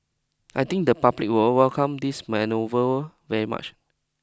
I think the public will welcome this manoeuvre very much